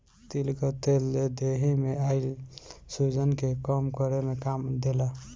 तिल कअ तेल देहि में आइल सुजन के कम करे में काम देला